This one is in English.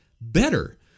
better